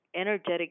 energetic